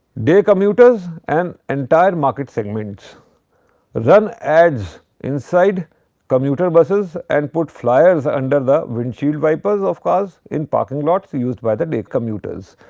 day commuters an entire market segments run ads inside commuter buses and put flyers under the windshield wipers of cars in parking lots used by the day commuters.